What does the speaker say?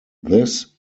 this